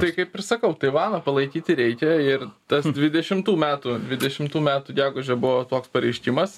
tai kaip ir sakau taivaną palaikyti reikia ir tas dvidešimtų metų dvidešimtų metų gegužę buvo toks pareiškimas